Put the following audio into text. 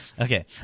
Okay